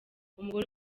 umugore